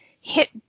hit